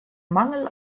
mangel